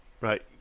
right